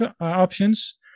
options